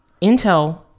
Intel